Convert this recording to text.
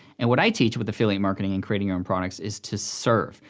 and what i teach with affiliate marketing and creating your own products, is to serve.